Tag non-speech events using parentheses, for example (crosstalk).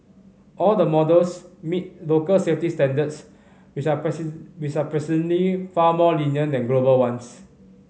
all the models meet local safety standards which are (unintelligible) which are presently far more lenient than global ones